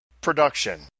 production